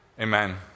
Amen